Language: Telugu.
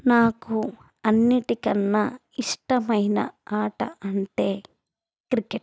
నాకు అన్నింటికన్నా ఇష్టమైన ఆట అంటే క్రికెట్